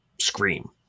scream